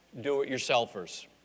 do-it-yourselfers